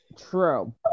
True